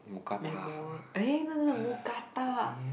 memora~ eh no no no mookata